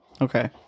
okay